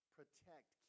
Protect